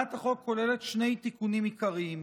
הצעת החוק כוללת שני תיקונים עיקריים.